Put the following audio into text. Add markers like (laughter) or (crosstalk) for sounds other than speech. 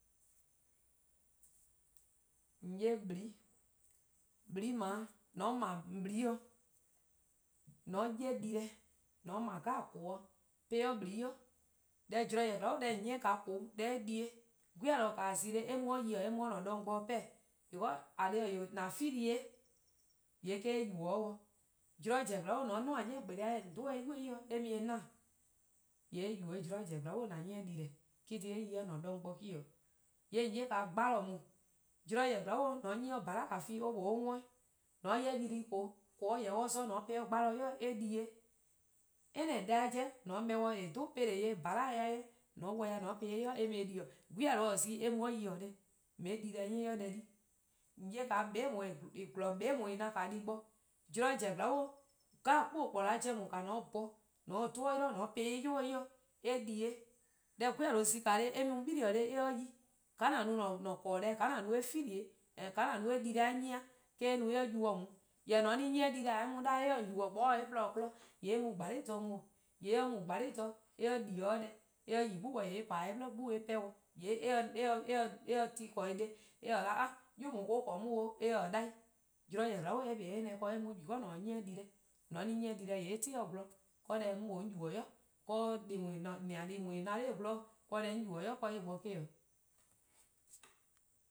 :On 'ye :blii' :blii' :dao', :mor :on 'ble :blii', :mor :on 'ye dii-deh, :mor :on 'ble :koo 'yeh po-or :blii' ybei'-dih, deh zorn zen-a :on 'nyi-eh :koo eh di-uh-a, :mor 'gwie:-yluh bo :taa zi eh mu 'de :yi eh mu 'o :an 'gbu yei-dih 'pehn, (hesitation) :eh :korn dhih-ehn 'an feedih :eh, :yee' eh-: eh yubo-dih. :mor zorn-a 'jeh :on 'ni-borke' :on dhe-eh 'o eh ybei'-dih eh mu-eh na-'. :yee' eh yubo-eh :mor zorn zorn bo :an 'nyi-eh dii-deh: eh-: :korn dhih eh yi 'o :an-a'a: gbu worn 'i. :yee' :on 'ye 'gbalor :daa 'weh :e, :mor zorn zen :mor :on 'nyi or :bhala' wlon+ or worn-', :mor :on 'ye ylii-koo:, :koo-a :yeh 'zorn :mor :on po-ih 'garlor ybei'-dih or mu-ih di, any deh :mor :on 'ble-eh eh :yeh 'dhu 'peleh buo, :bhila-eh-a deh, :mor 'wa-ih dih :on po-eh 'o 'gbalo ybei' dih or mu-eh :di. :mor 'gwie: yluh :taa eh mu 'de :yi :neheh :on 'ye-eh dii-deh 'nyi. (hesitation) :on 'ye (hesitation) :ka :gelor :bee' :daa :eh na-a deh bo, :mor zorn zern bo :mor zorn zen zorn bo. zen zorn bo 'kuo:-kporlor-a 'jeh :daa' :mor :on dhe-or 'yli :on ;po-or 'o en ybei' dih an mu-eh 'di. Deh 'gwie:-yluh bo-a zi-a eh mu-uh dih 'bili: eh 'ye 'deke yi :ka :an no-a :a'-a' :korn-deh-a feeling-a, :ka :an no eh-a' dii-deh-a 'nyi-a :ka eh no eh yubo on. :mor :an 'nyi-eh dii-deh :ka eh mu daa 'de eh 'ye :on yubo :eh, :mor 'moeh-a :taa eh-a' :porluh-a kpon, :yee' eh mu :dha 'sluh bo. :yee' :mor eh mu :dha 'sluh, :mor eh di-dih 'de deh :mor eh 'yi 'de eh :bli 'gun :yee' eh pa eh pehn-dih. Yee' (hesitation) eh :se ti :korn :neheh' eh 'ye :ao 'yu :daa :or :korn 'on 'o. :mor zorn zeh zorn bo mor eh :yee'. eh kpa eh neh bo eh mu, because :an 'nyi-eh dii-deh, :mor :an 'nyi-eh dii-deh, :yee eh 'si 'de gwlor ken-dih; :yee' deh 'mor mlor 'on yubo-a' (hesitation) 'do :nena: deh (hesitation) :en :ne-a nor gwlor, 'do deh deh a dhih bo me'o. 'do